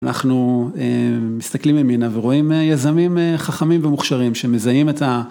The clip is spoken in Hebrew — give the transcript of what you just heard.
אנחנו מסתכלים ממנה ורואים יזמים חכמים ומוכשרים שמזהים את ה...